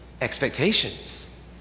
expectations